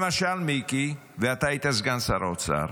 למשל, מיקי, ואתה היית סגן שר האוצר,